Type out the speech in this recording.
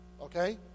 Okay